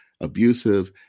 abusive